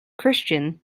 christian